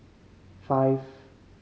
five